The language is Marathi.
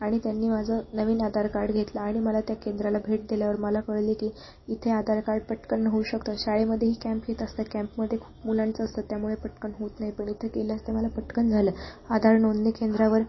आणि त्यांनी माझं नवीन आधार कार्ड घेतलं आणि मला त्या केंद्राला भेट दिल्यावर मला कळले की इथे आधार कार्ड पटकन होऊ शकतं शाळेमध्येही कॅम्प घेत असतात कॅम्पमध्ये खूप मुलांचं असतं त्यामुळे पटकन होत नाही पण इथे केलं असं ते मला पटकन झालं आधार नोंदणी केंद्रावर